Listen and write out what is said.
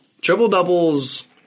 triple-doubles